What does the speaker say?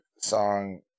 song